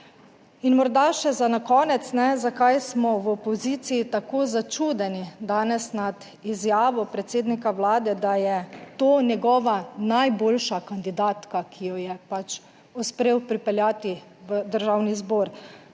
In morda še za na konec, ne, zakaj smo v opoziciji tako začudeni danes nad izjavo predsednika Vlade, da je to njegova najboljša kandidatka, ki jo je pač uspel pripeljati v Državni zbor?